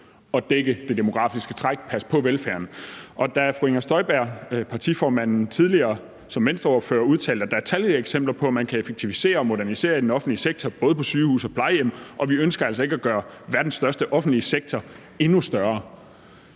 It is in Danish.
at dække det demografiske træk og passe på velfærden. Og Fru Inger Støjberg, partiformanden, udtalte tidligere som Venstreordfører: Der er talrige eksempler på, at man kan effektivisere og modernisere i den offentlige sektor, både på sygehuse og plejehjem, og vi ønsker altså ikke at gøre verdens største offentlige sektor endnu større.